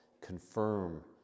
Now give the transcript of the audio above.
confirm